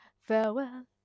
farewell